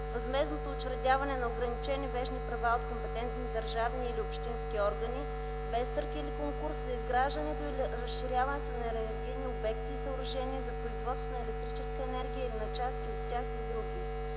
възмездното учредяване на ограничени вещни права от компетентните държавни или общински органи без търг или конкурс за изграждането или разширяването на енергийни обекти и съоръжения за производство на електрическа енергия или на части от тях и др.